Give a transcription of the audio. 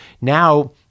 now